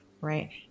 Right